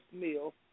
meal